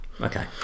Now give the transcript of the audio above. Okay